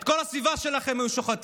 את כל הסביבה שלך הם היו שוחטים,